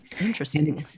Interesting